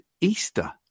Easter